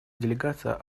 делегация